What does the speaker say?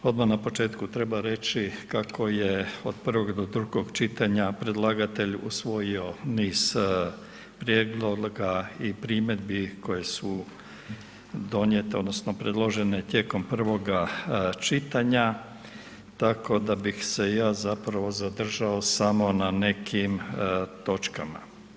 Odmah na početku treba reći kako je od prvog do drugog čitanja predlagatelj usvojio niz prijedloga i primjedbi koje su donijete odnosno predložene tijekom prvoga čitanja, tako da bih se ja zapravo zadržao samo na nekim točkama.